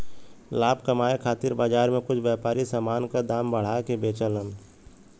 लाभ कमाये खातिर बाजार में कुछ व्यापारी समान क दाम बढ़ा के बेचलन